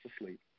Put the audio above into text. asleep